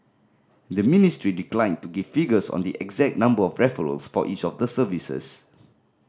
the ministry declined to give figures on the exact number of referrals for each of the services